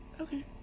Okay